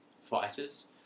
fighters